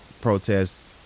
protests